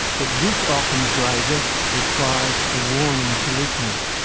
that this ah ockham's razor requires a warning to listeners.